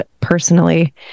personally